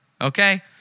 okay